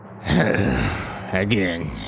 again